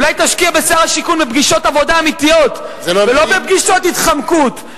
אולי תשקיע בשר השיכון בפגישות עבודה אמיתיות ולא בפגישות התחמקות,